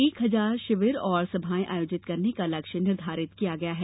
एक हजार शिविर और सभाएँ आयोजित करने का लक्ष्य निर्धारित किया है